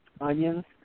onions